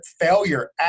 failure